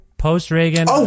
post-Reagan